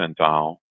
percentile